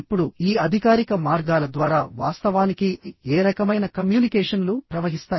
ఇప్పుడుఈ అధికారిక మార్గాల ద్వారా వాస్తవానికి ఏ రకమైన కమ్యూనికేషన్లు ప్రవహిస్తాయి